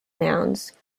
nouns